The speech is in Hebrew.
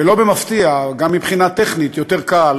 ולא במפתיע, גם מבחינה טכנית יותר קל